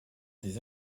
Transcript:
des